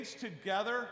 together